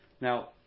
Now